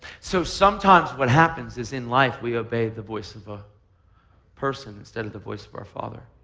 so sometimes what happens is in life we obey the voice of a person instead of the voice of our father.